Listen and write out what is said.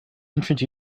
ancient